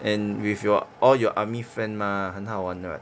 and with your all your army friend mah 很好玩 [what]